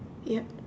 yup